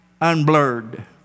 unblurred